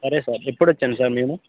సరే సార్ ఎప్పుడొచ్చాను సార్ నేను